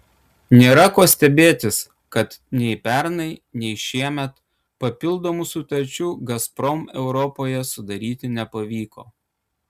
nėra ko stebėtis kad nei pernai nei šiemet papildomų sutarčių gazprom europoje sudaryti nepavyko